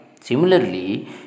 similarly